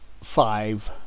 Five